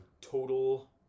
total